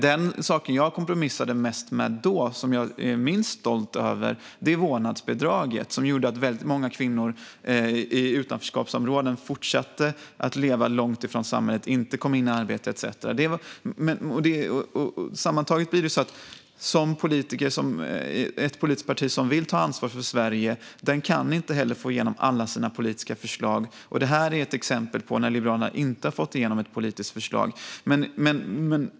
Den sak som jag kompromissade mest med då och som jag är minst stolt över är vårdnadsbidraget, som gjorde att väldigt många kvinnor i utanförskapsområden fortsatte att leva långt ifrån samhället, inte kom in i arbete etcetera. Ett politiskt parti som vill ta ansvar för Sverige kan inte få igenom alla sina politiska förslag. Det här är ett exempel där Liberalerna inte har fått igenom ett politiskt förslag.